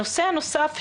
הנושא הנוסף,